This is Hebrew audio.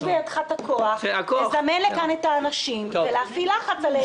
יש בידך את הכוח לזמן לכאן את האנשים ולהפעיל לחץ עליהם.